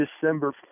December